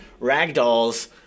ragdolls